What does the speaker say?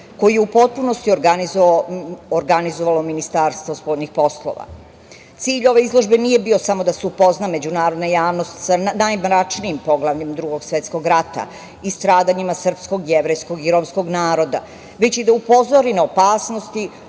koju je u potpunosti organizovalo Ministarstvo spoljnih poslova. Cilj ove izložbe nije bio samo da se upozna međunarodna javnost sa najmračnijim poglavljem Drugog svetskog rata i stradanjima srpskog, jevrejskog i romskog naroda, već i da upozori na opasnosti